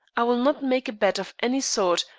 i will not make a bet of any sort,